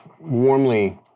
warmly